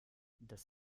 das